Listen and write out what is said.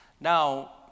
Now